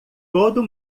todo